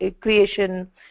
creation